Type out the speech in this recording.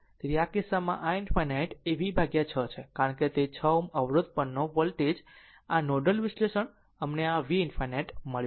તેથી આ કિસ્સામાં i ∞ એ v 6 છે કારણ કે તે 6 Ω અવરોધ પરનો વોલ્ટેજ આ નોડલ વિશ્લેષણ અમને આ v ∞મળ્યું છે